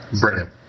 Brilliant